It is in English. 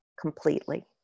completely